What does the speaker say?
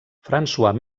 françois